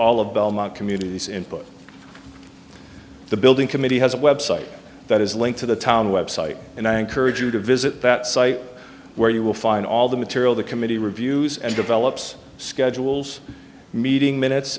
all of belmont communities input the building committee has a website that is link to the town website and i encourage you to visit that site where you will find all the material the committee reviews and develops schedules meeting minutes